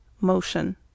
motion